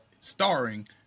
starring